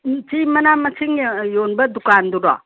ꯎꯝ ꯁꯤ ꯃꯅꯥ ꯃꯁꯤꯡ ꯌꯣꯟꯕ ꯗꯨꯀꯥꯟꯗꯨꯔꯣ